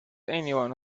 anyone